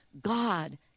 God